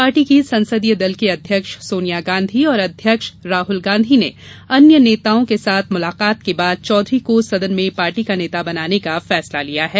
party की संसदीय दल की अध्यक्ष सोनिया गांधी और अध्यक्ष राहुल गांधी ने अन्य नेताओं के साथ मुलाकात के बाद चौधरी को सदन में पार्टी का नेता बनाने का फैसला लिया है